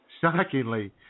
shockingly